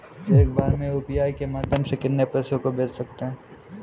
एक बार में यू.पी.आई के माध्यम से कितने पैसे को भेज सकते हैं?